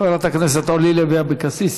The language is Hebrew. חברת הכנסת אורלי לוי אבקסיס,